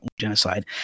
genocide